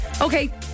Okay